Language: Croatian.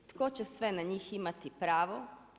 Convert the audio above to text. Tko će sve na njih imati pravo?